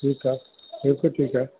ठीकु आहे बिल्कुलु ठीकु आहे